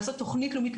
לעשות תוכנית לאומית,